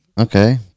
Okay